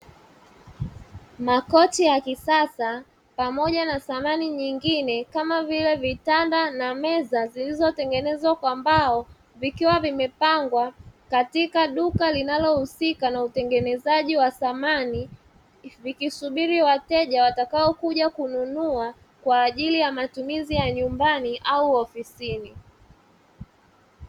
Makochi ya kisasa pamoja na samani nyingine kama vile vitanda na meza zilizotengenezwa kwa mbao, vikiwa vimepangwa katika duka linalohusika na utengenezaji wa samani, vikisubiri wateja watakaokuja kununua kwa ajili ya matumizi ya nyumbani au ofisini.